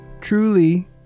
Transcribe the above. Truly